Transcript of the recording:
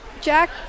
Jack